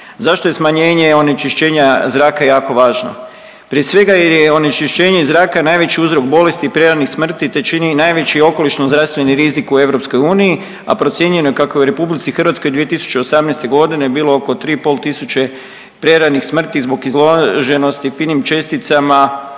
Zašto je smanjenje onečišćenja zraka jako važno? Prije svega jer je onečišćenje zraka najveći uzrok bolesti i preranih smrti te čini najveći okolišno zdravstveni rizik u EU, a procijenjeno je kako je u RH 2018. godine bilo oko 3,5 tisuće preranih smrti zbog izloženosti finim česticama